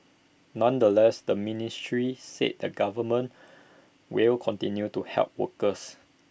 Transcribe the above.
nonetheless the ministry said the government will continue to help workers